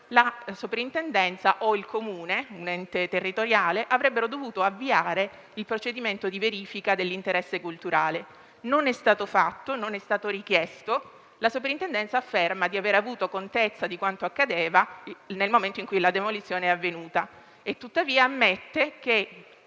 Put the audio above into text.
la Soprintendenza o il Comune (un ente territoriale) avrebbero dovuto avviare il procedimento di verifica dell'interesse culturale. Non è stato fatto né richiesto. La Soprintendenza afferma di aver avuto contezza di quanto accadeva nel momento in cui la demolizione è avvenuta, tuttavia ammette che